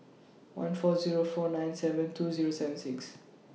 one four Zero four nine seven two Zero seven six